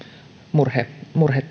murhe murhe